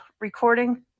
recording